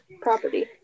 property